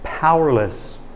Powerless